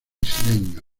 isleños